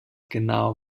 genau